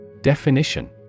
Definition